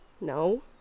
No